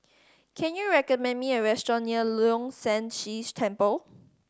can you recommend me a restaurant near Leong San See Temple